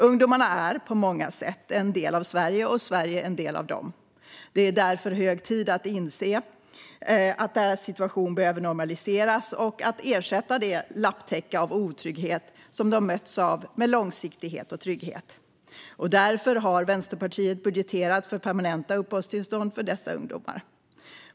Ungdomarna är på många sätt en del av Sverige och Sverige en del av dem. Det är därför hög tid att inse att deras situation behöver normaliseras och att ersätta det lapptäcke av otrygghet de mötts av med långsiktighet och trygghet. Därför har Vänsterpartiet budgeterat för permanenta uppehållstillstånd för dessa ungdomar.